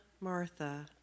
Martha